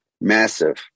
massive